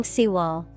Seawall